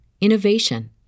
innovation